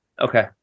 okay